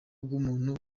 bw’umuntu